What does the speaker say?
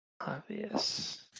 Obvious